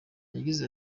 yagize